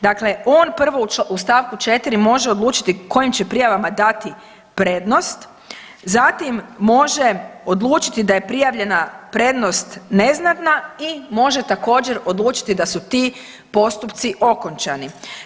Dakle, on prvo u st. 4. može odlučiti kojim će prijavama dati prednost, zatim može odlučiti da je prijavljena prednost neznatna i može također odlučiti da su ti postupci okončani.